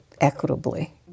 equitably